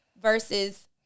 versus